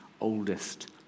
oldest